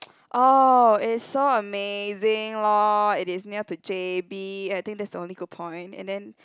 oh it's so amazing lor it is near to J_B I think that's the only good point and then